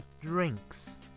Drinks